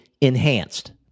enhanced